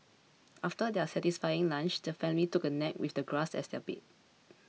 after their satisfying lunch the family took a nap with the grass as their bed